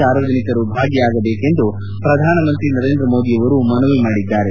ಸಾರ್ವಜನಿಕರು ಭಾಗಿಯಾಗಬೇಕೆಂದು ಪ್ರಧಾನಮಂತ್ರಿ ನರೇಂದ್ರ ಮೋದಿಯವರು ಮನವಿ ಮಾಡಿದ್ದಾರೆ